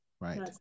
right